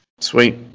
sweet